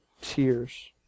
tears